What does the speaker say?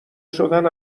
شدن